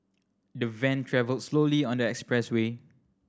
the van travelled slowly on the expressway